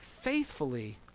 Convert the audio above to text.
faithfully